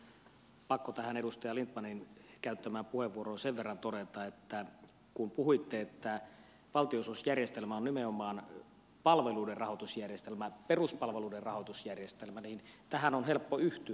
on pakko tähän edustaja lindtmanin käyttämään puheenvuoroon sen verran todeta että kun puhuitte että valtionosuusjärjestelmä on nimenomaan palveluiden rahoitusjärjestelmä peruspalveluiden rahoitusjärjestelmä niin tähän on helppo yhtyä